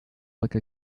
like